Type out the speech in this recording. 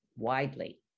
widely